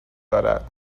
دارد